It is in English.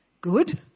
Good